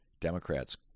Democrats